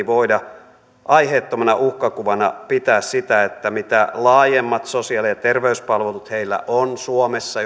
voida aiheettomana uhkakuvana pitää sitä että mitä laajemmat sosiaali ja terveyspalvelut heillä on suomessa